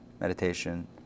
meditation